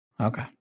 Okay